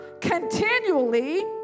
continually